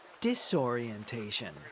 disorientation